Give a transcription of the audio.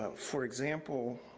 um for example,